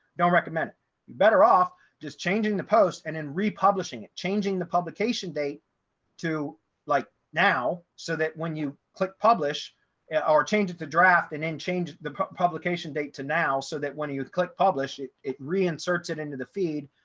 don't recommend you better off just changing the post and then republishing it changing the publication date to like now, so that when you click publish and our changes the draft and then change the publication date to now so that when you click publish it it reinserted into the feed,